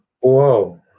Whoa